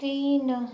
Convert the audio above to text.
तीन